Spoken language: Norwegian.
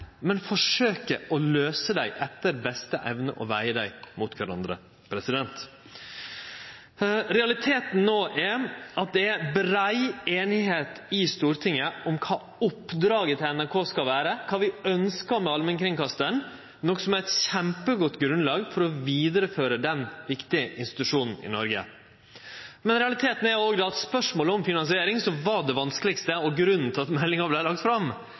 men forsøkje å løyse dei etter beste evne og vege dei mot kvarandre. Realiteten no er at det er brei einigheit i Stortinget om kva oppdraget til NRK skal vere, kva vi ønskjer med allmennkringkastaren, noko som er eit kjempegodt grunnlag for å vidareføre den viktige institusjonen i Noreg. Men realiteten er òg at spørsmålet om finansiering, som var det vanskelegaste, og som var grunnen til at meldinga vart lagd fram,